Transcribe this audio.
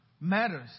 matters